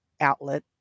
outlet